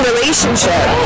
Relationship